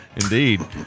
indeed